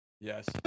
yes